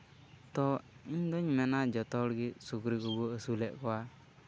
ᱛᱳ ᱤᱧ ᱫᱚᱧ ᱢᱮᱱᱟ ᱡᱚᱛᱚ ᱦᱚᱲ ᱜᱮ ᱥᱩᱠᱨᱤ ᱠᱚᱠᱚ ᱟᱹᱥᱩᱞᱮᱫ ᱠᱚᱣᱟ